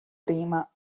prima